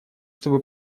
чтобы